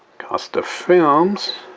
costa films,